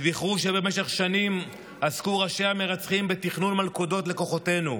וזכרו שבמשך שנים עסקו ראשי המרצחים בתכנון מלכודות לכוחותינו.